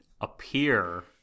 appear